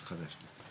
בבקשה.